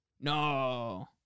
No